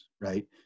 right